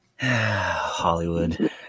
Hollywood